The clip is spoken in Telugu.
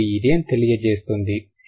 కాబట్టి ఇదేం తెలియజేస్తుంది